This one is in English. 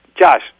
Josh